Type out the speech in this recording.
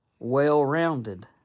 Well-rounded